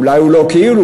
אולי הוא לא כאילו,